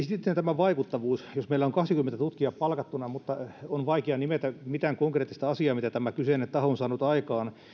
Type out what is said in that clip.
sitten tämä vaikuttavuus jos meillä on kaksikymmentä tutkijaa palkattuna mutta on vaikea nimetä mitään konkreettista asiaa mitä tämä kyseinen taho on saanut aikaan